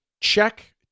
check